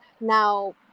now